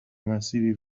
مسیری